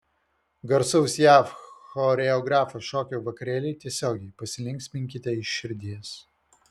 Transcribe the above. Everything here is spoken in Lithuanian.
garsaus jav choreografo šokio vakarėliai tiesiogiai pasilinksminkite iš širdies